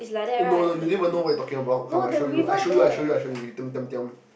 no no you didn't even know where I taking about come I show you I show you I show you I show you diam diam diam